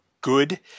good